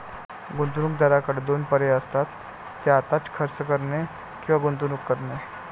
गुंतवणूकदाराकडे दोन पर्याय असतात, ते आत्ताच खर्च करणे किंवा गुंतवणूक करणे